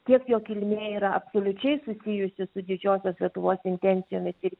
kiek jo kilmė yra absoliučiai susijusi su didžiosios lietuvos intencijomis ir